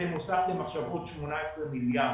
אתם הוספתם עכשיו עוד 18 מיליארד,